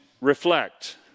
reflect